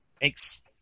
Thanks